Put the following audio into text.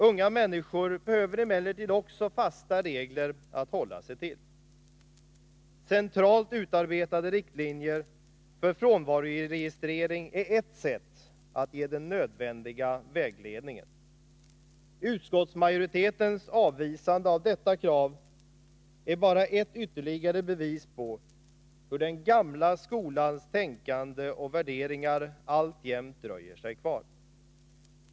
Unga människor behöver emellertid också fasta regler att hålla sig till. Centralt utarbetade riktlinjer för frånvaroregistrering är ett sätt att ge den nödvändiga vägledningen. Utskottsmajoritetens avvisande av detta krav är bara ett ytterligare bevis på hur den gamla skolans tänkande och värderingar alltjämt dröjer sig kvar.